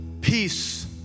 peace